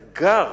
התגר,